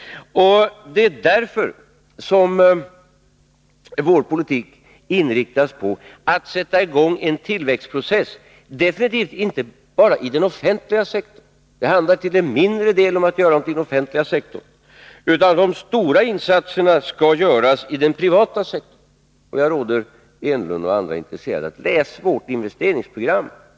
Det är därför som vår politik inriktas på att sätta i gång en tillväxtprocess — definitivt inte bara i den offentliga sektorn. Det har till en mindre del att göra med den offentliga sektorn. De stora insatserna skall göras i den privata sektorn, och jag råder herr Enlund och andra: Läs vårt investeringsprogram.